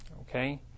okay